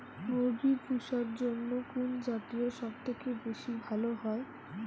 মুরগি পুষার জন্য কুন জাতীয় সবথেকে বেশি লাভ হয়?